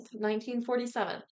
1947